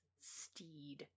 Steed